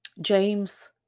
James